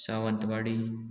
Sawantwadi